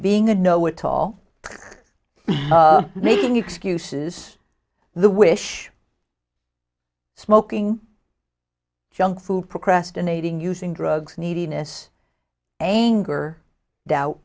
being a know it all making excuses the wish smoking junk food procrastinating using drugs neediness anger doubt